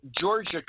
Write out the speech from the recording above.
Georgia